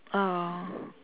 ah